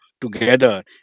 together